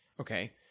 okay